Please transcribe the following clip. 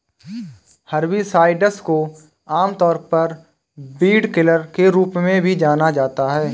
herbicides को आमतौर पर वीडकिलर के रूप में भी जाना जाता है